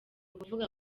ukuvuga